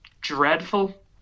dreadful